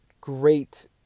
great